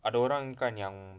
ada orang kan yang